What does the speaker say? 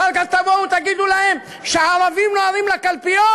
אחר כך תבואו ותגידו להם שהערבים נוהרים לקלפיות,